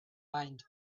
mind